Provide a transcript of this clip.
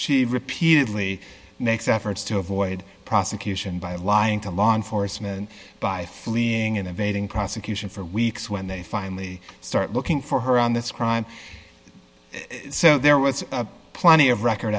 she repeatedly next efforts to avoid prosecution by lying to law enforcement by fleeing innovating prosecution for weeks when they finally start looking for her on this crime so there was plenty of record